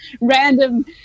random